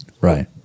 Right